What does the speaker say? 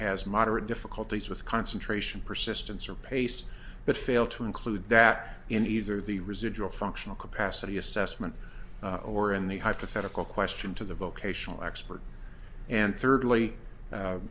has moderate difficulties with concentration persistence or paste but fail to include that in either the residual functional capacity assessment or in the hypothetical question to the vocational expert and